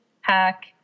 hack